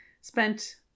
spent